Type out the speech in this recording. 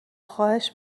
خواهش